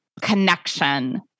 connection